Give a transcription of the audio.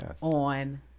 on